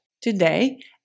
Today